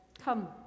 come